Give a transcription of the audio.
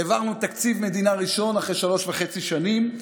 העברנו תקציב מדינה ראשון אחרי שלוש וחצי שנים.